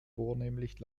vornehmlich